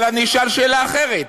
אבל אני אשאל שאלה אחרת: